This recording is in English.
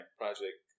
project